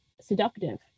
seductive